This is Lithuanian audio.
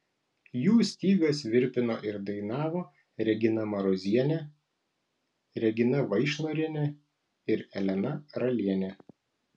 jų stygas virpino ir dainavo regina marozienė regina vaišnorienė ir elena ralienė